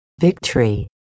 Victory